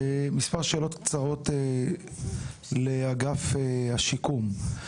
מספר שאלות קצרות אל אגף השיקום: